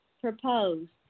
proposed